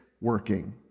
working